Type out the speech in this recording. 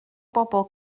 bobl